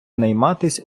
найматись